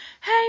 Hey